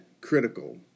critical